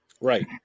Right